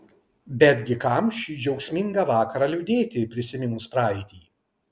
betgi kam šį džiaugsmingą vakarą liūdėti prisiminus praeitį